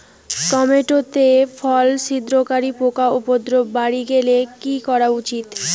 Tomato তে ফল ছিদ্রকারী পোকা উপদ্রব বাড়ি গেলে কি করা উচিৎ?